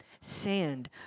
sand